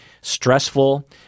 stressful